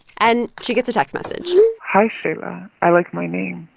and she gets a text message hi, shaila. i like my name.